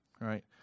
Right